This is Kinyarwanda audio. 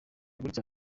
gutya